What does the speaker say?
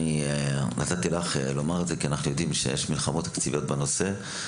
אני נתתי לך לומר זאת כי אנחנו יודעים שיש מלחמות תקציביות בנושא.